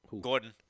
Gordon